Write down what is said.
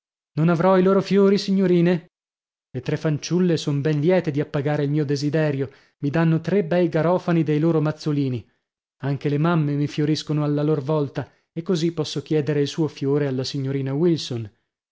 non avrò i loro fiori signorine le tre fanciulle son ben liete di appagare il mio desiderio mi danno tre bei garofani dei loro mazzolini anche le mamme mi fioriscono alla lor volta e così posso chiedere il suo fiore alla signorina wilson